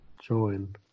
Join